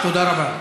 תודה רבה.